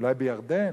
אולי בירדן?